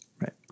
Right